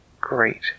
great